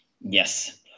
Yes